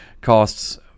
costs